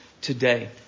today